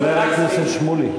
חבר הכנסת שמולי.